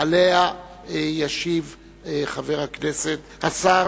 ועליה ישיב השר